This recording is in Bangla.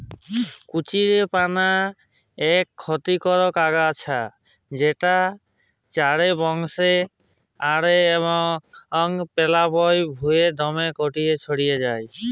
কচুরিপালা ইকট খতিকারক আগাছা যেট চাঁড়ে বংশ বাঢ়হায় এবং পেলাবল ভুঁইয়ে দ্যমে ক্যইরে ছইড়াই যায়